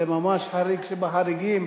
זה ממש חריג שבחריגים.